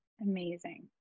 Amazing